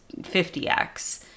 50X